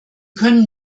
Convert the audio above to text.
können